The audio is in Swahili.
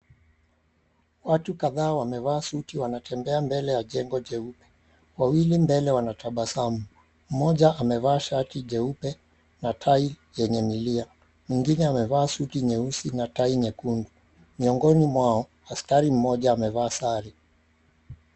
Watu kadhaa wamevaa suti wanatembea mbele ya jengo jeupe, wawili mbele wanatabasamu, mmoja amevaa shati jeupe na tai yenye milia mwengine amevaa suti nyeusi na tai nyekundu. Miongoni mwao askari mmoja amevaa sare.